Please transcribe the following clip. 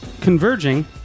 converging